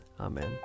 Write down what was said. Amen